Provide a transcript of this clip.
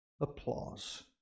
applause